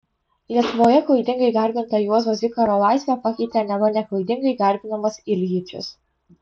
lietuvoje klaidingai garbintą juozo zikaro laisvę pakeitė neva neklaidingai garbinamas iljičius